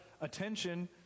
attention